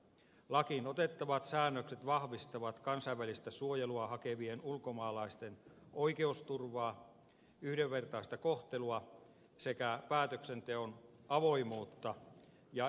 lakiin otettavat säännökset vahvistavat kansainvälistä suojelua hakevien ulkomaalaisten oikeusturvaa yhdenvertaista kohtelua sekä päätöksenteon avoimuutta ja ennakoitavuutta